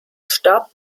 starb